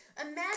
Imagine